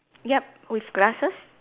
yup with glasses